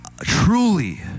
truly